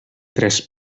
tres